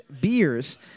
beers